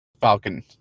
Falcon